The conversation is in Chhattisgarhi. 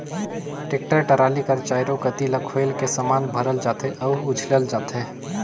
टेक्टर टराली कर चाएरो कती ल खोएल के समान भरल जाथे अउ उझलल जाथे